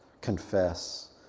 confess